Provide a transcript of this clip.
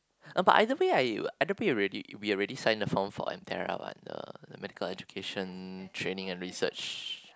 ah but either way I either pay already we already signed the form for M_T_E_R_A the the medical education training and research